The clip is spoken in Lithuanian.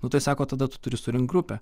nu tai sako tada tu turi surinkt grupę